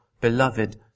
beloved